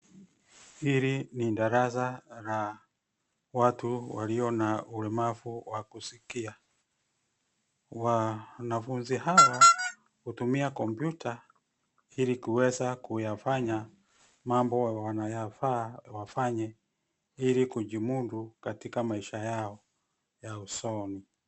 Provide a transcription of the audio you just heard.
Hili ni darasa la watu walio na ulemavu wa kusikia. Wanafunzi hawa hutumia kompyuta ili kuweza kuyafanya mambo wanayofaa wafanye ili kujimudu katika maisha yao ya usoni.